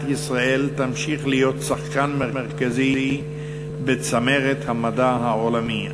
ישראל תמשיך להיות שחקן מרכזי בצמרת המדע העולמי.